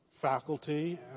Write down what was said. faculty